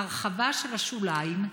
הרחבה של השוליים,